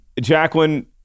Jacqueline